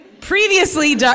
previously